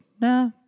nah